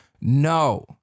No